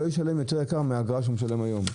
אדם לא ישלם מחיר יקר יותר מן האגרה שהוא משלם היום.